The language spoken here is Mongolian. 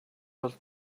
бол